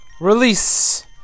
release